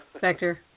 Vector